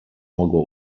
mogło